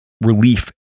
relief